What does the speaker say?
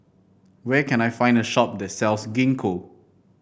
where can I find a shop that sells Gingko